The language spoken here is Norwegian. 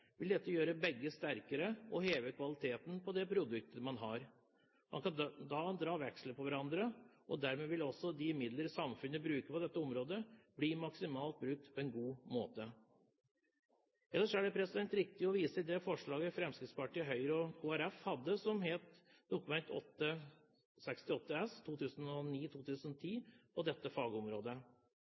vil dette gjøre begge sterkere og heve kvaliteten på det produktet man har. Man kan dra veksler på hverandre og dermed vil også de midler samfunnet bruker på dette området, bli maksimalt brukt på en god måte. Ellers er det riktig å vise til det forslaget Fremskrittspartiet, Høyre og Kristelig Folkeparti hadde, som het Dokument 8:68 S for 2009–2010, på dette fagområdet.